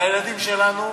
והילדים שלנו,